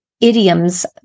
idioms